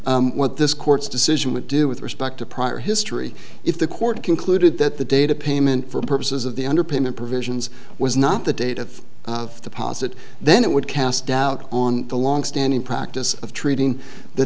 what this court's decision would do with respect to prior history if the court concluded that the data payment for purposes of the underpayment provisions was not the date of deposit then it would cast doubt on the longstanding practice of treating the